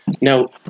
Now